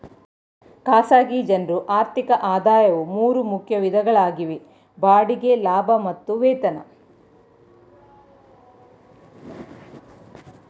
ಖಾಸಗಿ ಜನ್ರು ಆರ್ಥಿಕ ಆದಾಯವು ಮೂರು ಮುಖ್ಯ ವಿಧಗಳಾಗಿವೆ ಬಾಡಿಗೆ ಲಾಭ ಮತ್ತು ವೇತನ